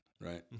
right